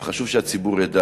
אבל חשוב שהציבור ידע